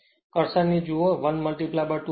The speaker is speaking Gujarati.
કર્સરને જુઓ 1 2 વોલ્ટ